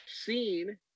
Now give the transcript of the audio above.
seen